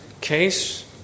case